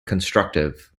constructive